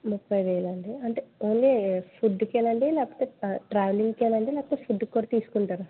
ముప్పై వేలు అండి అంటే ఓన్లీ ఫుడ్కా అండి లేకపోతే ట్రావెలింగ్కు అండి లేకపోతే ఫుడ్కు కూడా తీసుకుంటారా